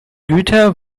güter